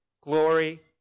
glory